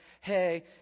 hey